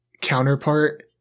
counterpart